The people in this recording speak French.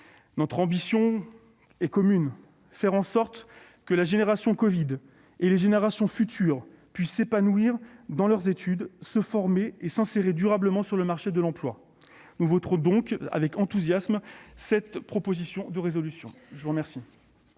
Notre ambition commune consiste à faire en sorte que la « génération covid » et les générations futures puissent s'épanouir dans leurs études, se former et s'insérer durablement sur le marché de l'emploi. Nous voterons donc avec enthousiasme cette proposition de résolution. La parole